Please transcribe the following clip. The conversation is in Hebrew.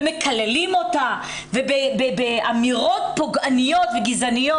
מקללים אותה ומשתמשים באמירות פוגעניות וגזעניות.